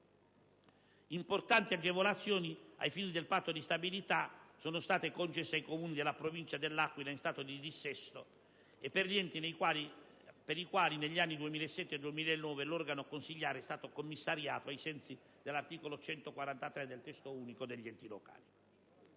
Importanti agevolazioni ai fini del patto di stabilità sono state concesse ai Comuni della Provincia dell'Aquila in stato di dissesto e per gli enti per i quali, negli anni 2007-2009, l'organo consiliare è stato commissariato ai sensi dell'articolo 143 del Testo unico degli enti locali.